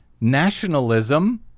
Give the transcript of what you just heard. nationalism